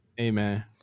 Amen